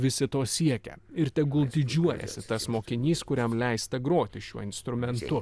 visi to siekia ir tegul didžiuojasi tas mokinys kuriam leista groti šiuo instrumentu